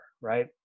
right